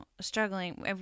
struggling